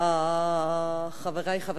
חברי חברי הכנסת,